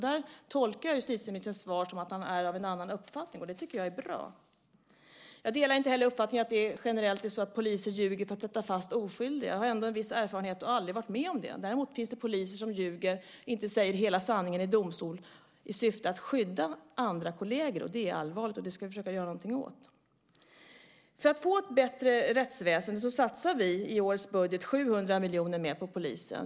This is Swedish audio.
Där tolkar jag justitieministerns svar som att han är av en annan uppfattning, och det tycker jag är bra. Jag delar inte heller uppfattningen att det generellt är så att poliser ljuger för att sätta fast oskyldiga. Jag har en viss erfarenhet, och jag har aldrig varit med om det. Däremot finns det poliser som ljuger, som inte säger hela sanningen i domstol, i syfte att skydda kolleger. Det är allvarligt, och det ska vi försöka göra någonting åt. För att få ett bättre rättsväsende satsar vi i årets budget 700 miljoner mer på polisen.